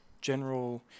general